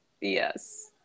Yes